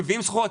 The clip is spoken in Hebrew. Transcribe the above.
מביאים סחורות.